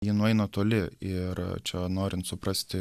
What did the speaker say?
jie nueina toli ir čia norint suprasti